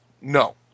No